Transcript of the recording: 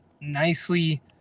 nicely